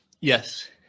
yes